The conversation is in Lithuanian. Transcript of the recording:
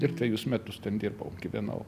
ir trejus metus ten dirbau gyvenau